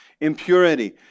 impurity